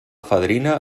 fadrina